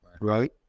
Right